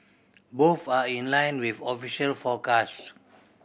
both are in line with official forecasts